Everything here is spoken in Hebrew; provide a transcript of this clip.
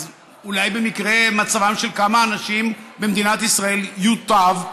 אז אולי במקרה מצבם של כמה אנשים במדינת ישראל יוטב,